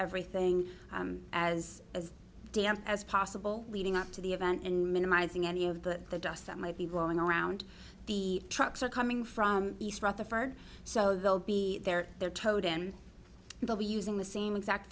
everything as as damp as possible leading up to the event and minimizing any but the dust that might be rolling around the trucks are coming from east rutherford so they'll be there they're towed in you'll be using the same exact